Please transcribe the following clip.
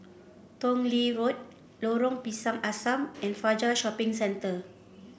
Tong Lee Road Lorong Pisang Asam and Fajar Shopping Center